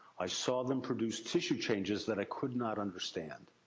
i saw them produce tissue changes that i could not understand.